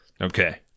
Okay